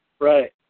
Right